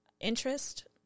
Interest